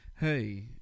hey